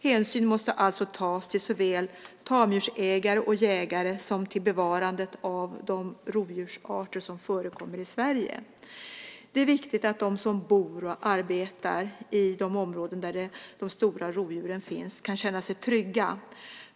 Hänsyn måste alltså tas till såväl tamdjursägare och jägare som till bevarandet av de rovdjursarter som förekommer i Sverige. Det är viktigt att de som bor och arbetar i de områden där de stora rovdjuren finns kan känna sig trygga.